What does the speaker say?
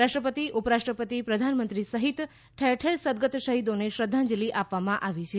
રાષ્ટ્રપતિ ઉપરાષ્ટ્રપતિ પ્રધાનમંત્રી સહીત ઠેર ઠેર સદગત શહીદોને શ્રદ્ધાંજલિ આપવામાં આવી રહી છે